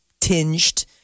tinged